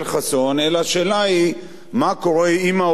אלא השאלה היא מה קורה עם האופוזיציה.